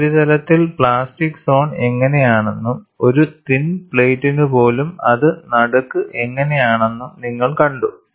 ഉപരിതലത്തിൽ plastic zone എങ്ങനെയാണെന്നും ഒരു തിൻ പ്ലേറ്റിനുപോലും അത് നടുക്ക് എങ്ങനെയാണെന്നും നിങ്ങൾ കണ്ടു